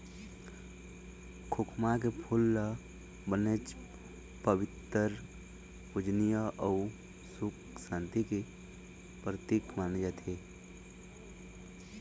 खोखमा के फूल ल बनेच पबित्तर, पूजनीय अउ सुख सांति के परतिक माने जाथे